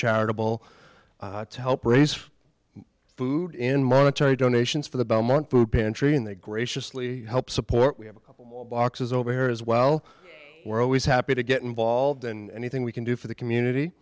charitable to help raise food in monetary donations for the belmont food pantry and they graciously help support we have boxes over here as well we're always happy to get involved and the thing we can do for the community